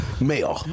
Male